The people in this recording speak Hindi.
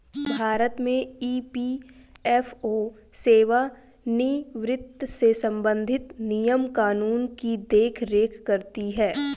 भारत में ई.पी.एफ.ओ सेवानिवृत्त से संबंधित नियम कानून की देख रेख करती हैं